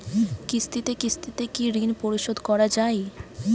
কিস্তিতে কিস্তিতে কি ঋণ পরিশোধ করা য়ায়?